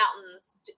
Mountains